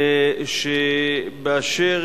באשר